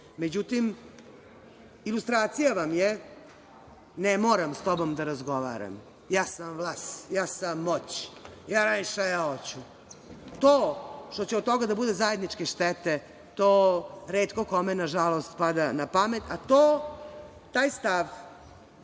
oružja.Međutim, ilustracija vam je – ne moram s tobom da razgovaram, ja sam vlast, ja sam moć, ja radim šta ja hoću. To što će od toga da bude zajedničke štete, to retko kome, nažalost, pada na pamet. Taj stav